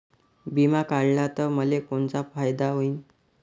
बिमा काढला त मले कोनचा फायदा होईन?